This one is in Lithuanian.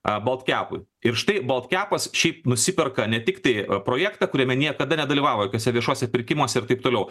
baltkepui ir štai baltkepas šiaip nusiperka ne tiktai projektą kuriame niekada nedalyvavo jokiuose viešuose pirkimuose ir taip toliau